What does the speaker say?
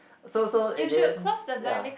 so so in the end ya